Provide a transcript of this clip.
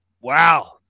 wow